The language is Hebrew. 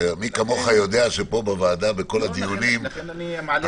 מי כמוך יודע שפה בוועדה בכל הדיונים --- לכן אני מעלה את זה.